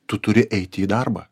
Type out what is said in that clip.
tu turi eiti į darbą